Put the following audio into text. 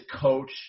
coach